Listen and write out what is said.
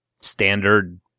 standard